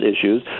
issues